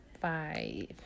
five